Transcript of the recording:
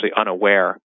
unaware